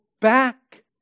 back